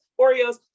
Oreos